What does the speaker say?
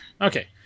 Okay